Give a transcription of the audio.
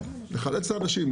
לחלץ את האנשים,